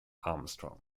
armstrong